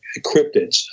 cryptids